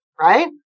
Right